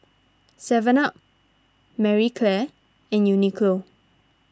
Seven Up Marie Claire and Uniqlo